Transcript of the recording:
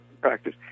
practice